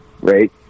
Right